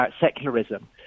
secularism